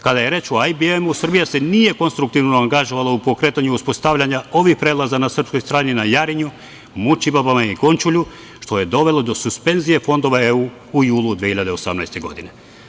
Kada je reč o IBM Srbija se nije konstruktivno angažovala u pokretanju uspostavljanja ovih prelaza na srpskoj strani na Jarinju, Mučibabama i Končulju što je dovelo do suspenzije fondova EU u julu 2018. godine.